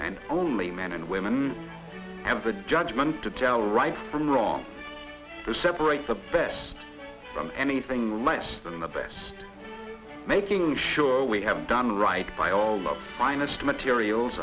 and only men and women have a judgment to tell right from wrong to separate the best from anything less than the best making sure we have done right by all of finest materials